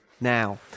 now